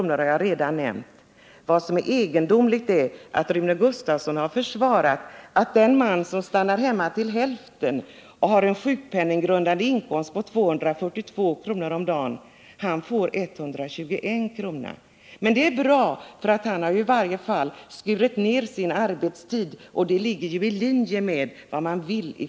Det har jag redan nämnt. Vad som är egendomligt är att Rune Gustavsson har försvarat att den man som stannar hemma till hälften och har en sjukpenning på 242 kr. om dagen får 121 kr. Men det är bra enligt Rune Gustavsson — för han har i varje fall skurit ned sin arbetstid, och det ligger i linje med vad ni vill.